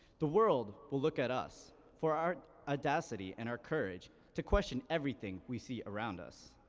the world will look at us for our audacity and our courage to question everything we see around us.